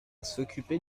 s’occuper